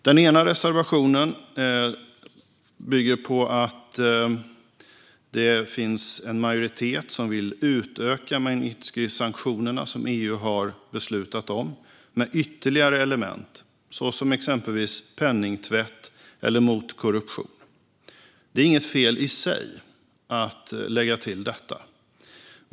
Den ena reservationen bygger på att det finns en majoritet som vill utöka Magnitskijsanktionerna, som EU har beslutat om, med ytterligare element, såsom penningtvätt och korruption. Det är inget fel i sig att lägga till detta.